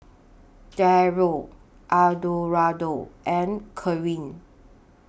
Darold Eduardo and Karyn